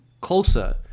closer